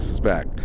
Back